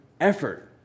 effort